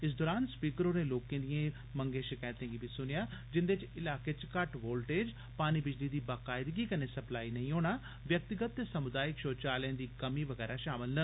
इस दरान स्पीकर होरें लोकें दिएं मंगें षकैते गी बी सुनेया जिन्द च इलाके च घट्ट वोलटेज पानी बिजली दी बकायदगी कन्ने सप्लाई नेई होना व्यक्तिगत ते समुदायक षौचालयं दी कमी बगैरा षामल न